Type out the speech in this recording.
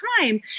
time